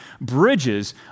bridges